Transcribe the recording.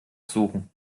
suchen